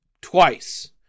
Twice